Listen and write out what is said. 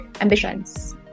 ambitions